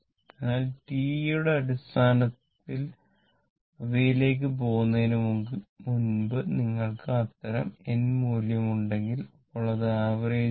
അതിനാൽ T യുടെ അടിസ്ഥാനത്തിൽ അവയിലേക്ക് പോകുന്നതിനുമുമ്പ് നിങ്ങൾക്ക് അത്തരം N മൂല്യം ഉണ്ടെങ്കിൽ അപ്പോൾ അത് ആവറേജ് ആവും